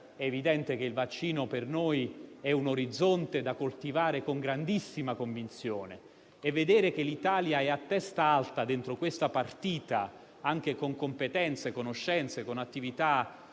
è evidente che il vaccino per noi è un orizzonte da coltivare con grandissima convinzione, e vedere che l'Italia è a testa alta dentro questa partita, anche con competenze e conoscenze, con attività